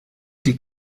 die